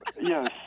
Yes